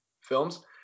films